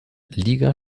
liga